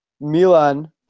Milan